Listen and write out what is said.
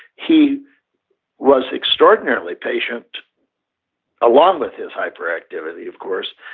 he was extraordinarily patient along with his hyperactivity, of course,